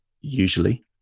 usually